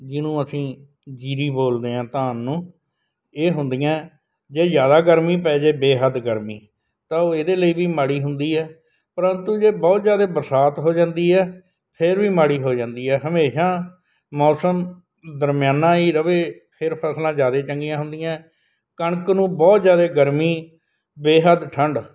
ਜਿਹਨੂੰ ਅਸੀਂ ਜੀਰੀ ਬੋਲਦੇ ਹਾਂ ਧਾਨ ਨੂੰ ਇਹ ਹੁੰਦੀਆਂ ਜੇ ਜ਼ਿਆਦਾ ਗਰਮੀ ਪੈ ਜੇ ਬੇਹੱਦ ਗਰਮੀ ਤਾਂ ਉਹ ਇਹਦੇ ਲਈ ਵੀ ਮਾੜੀ ਹੁੰਦੀ ਹੈ ਪ੍ਰੰਤੂ ਜੇ ਬਹੁਤ ਜ਼ਿਆਦਾ ਬਰਸਾਤ ਹੋ ਜਾਂਦੀ ਹੈ ਫਿਰ ਵੀ ਮਾੜੀ ਹੋ ਜਾਂਦੀ ਹੈ ਹਮੇਸ਼ਾ ਮੌਸਮ ਦਰਮਿਆਨਾ ਹੀ ਰਹੇ ਫਿਰ ਫ਼ਸਲਾਂ ਜ਼ਿਆਦਾ ਚੰਗੀਆਂ ਹੁੰਦੀਆਂ ਕਣਕ ਨੂੰ ਬਹੁਤ ਜ਼ਿਆਦਾ ਗਰਮੀ ਬੇਹੱਦ ਠੰਡ